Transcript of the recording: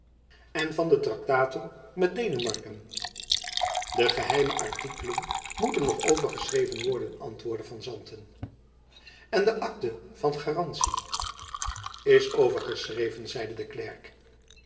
en van de traktaten met denemarken de geheime artikelen moeten nog overgeschreven worden antwoordde van santen en de akte van guarantie is overgeschreven zeide de klerk